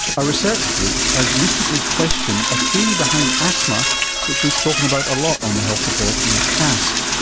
a research group has recently questioned a theory behind asthma which we've spoken about a lot on the health report in the past.